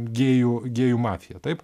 gėjų gėjų mafiją taip